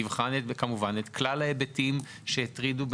תבחן את כלל ההיבטים שהטרידו,